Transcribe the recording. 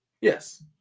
Yes